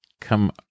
come